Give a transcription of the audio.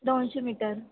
दोनशे मीटर